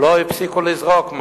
ולא הפסיקו לזרוק.